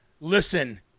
listen